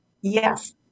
Yes